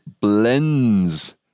blends